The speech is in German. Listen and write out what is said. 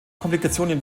komplikationen